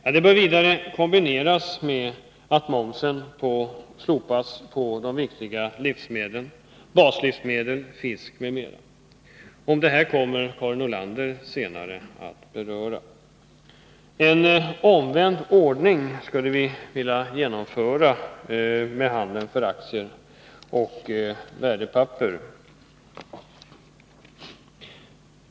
Detta bör vidare kombineras med att momsen slopas på de viktiga livsmedlen: baslivsmedel, fisk m.m. Om detta kommer Karin Nordlander senare att tala. En omvänd ordning skulle vi vilja genomföra för handeln med aktier och värdepapper.